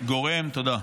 תודה.